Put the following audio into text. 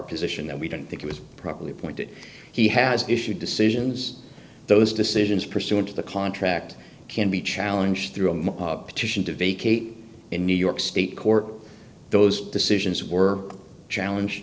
position that we didn't think it was probably appointed he has issued decisions those decisions pursuant to the contract can be challenge through a petition to vacate in new york state court those decisions were challenge